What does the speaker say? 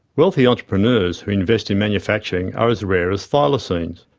wealthy entrepreneurs who invest in manufacturing are as rare as thylacines.